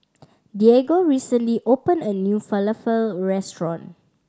Diego recently opened a new Falafel Restaurant